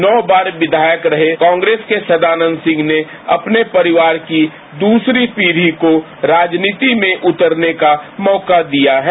नौ बार विधायक रहे कांग्रेस के सदानंद सिंह ने अपने परिवार की दूसरी पीढी को राजनीति में उतरने का मौका दिया है